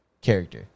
character